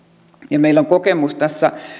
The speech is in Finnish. ja meillä on kokemus tässä